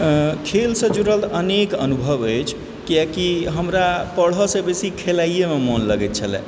खेलसँ जुड़ल अनेक अनुभव अछि किआकि हमरा पढ़ऽसँ बेसी खेलाइएमे मोन लगय छलय